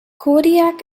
kodiak